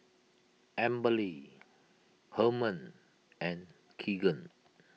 Amberly Herman and Keegan